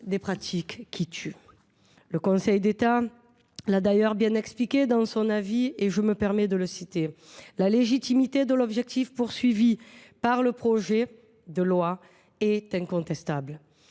des pratiques qui tuent. Le Conseil d’État l’a d’ailleurs bien expliqué dans son avis, considérant que « la légitimité de l’objectif poursuivi par le projet de loi est incontestable